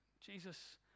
Jesus